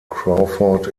crawford